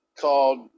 called